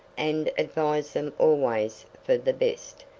and advised them always for the best,